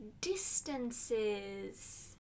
distances